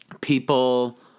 people